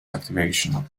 activation